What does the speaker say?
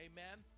Amen